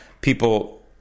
people